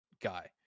guy